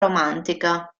romantica